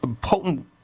potent